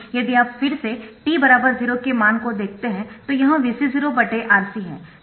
इसलिए यदि आप फिर से t बराबर 0 के मान को देखते है तो यह Vc0RC है